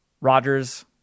Rogers